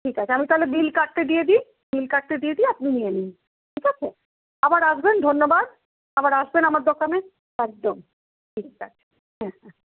ঠিক আছে আমি তাহলে বিল কাটতে দিয়ে দিই বিল কাটতে দিয়ে দিই আপনি নিয়ে নিন ঠিক আছে আবার আসবেন ধন্যবাদ আবার আসবেন আমার দোকানে একদম ঠিক আছে হ্যাঁ হ্যাঁ